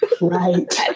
Right